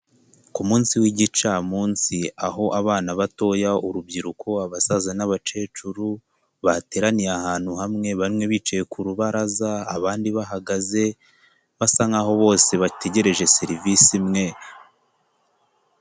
Ku munsi w'igicamunsi, aho abana batoya, urubyiruko, abasaza n'abakecuru bateraniye ahantu hamwe, bamwe bicaye ku rubaraza, abandi bahagaze, basa nkaho bose bategereje serivisi imwe.